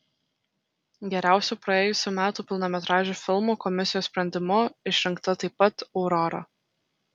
geriausiu praėjusių metų pilnametražiu filmu komisijos sprendimu išrinkta taip pat aurora